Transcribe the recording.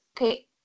Okay